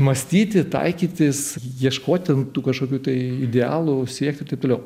mąstyti taikytis ieškoti ten tų kažkokių tai idealų siekti taip toliau